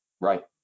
Right